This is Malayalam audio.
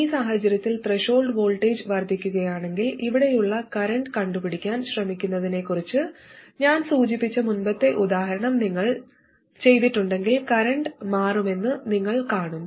ഈ സാഹചര്യത്തിൽ ത്രെഷോൾഡ് വോൾട്ടേജ് വർദ്ധിക്കുകയാണെങ്കിൽ ഇവിടെയുള്ള കറന്റ് കണ്ടുപിടിക്കാൻ ശ്രമിക്കുന്നതിനെക്കുറിച്ച് ഞാൻ സൂചിപ്പിച്ച മുമ്പത്തെ ഉദാഹരണം നിങ്ങൾ ചെയ്തിട്ടുണ്ടെങ്കിൽ കറന്റ് മാറുമെന്ന് നിങ്ങൾ കാണും